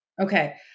Okay